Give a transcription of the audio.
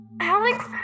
Alex